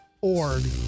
org